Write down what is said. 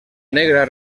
negra